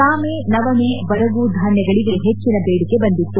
ಸಾಮೆ ನವಣೆ ಬರಗು ಧಾನ್ಯಗಳಿಗೆ ಹೆಚ್ಚಿನ ಬೇಡಿಕೆ ಬಂದಿತ್ತು